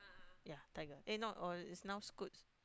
ya tiger eh not all is now scoots